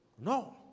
No